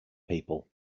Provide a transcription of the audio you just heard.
people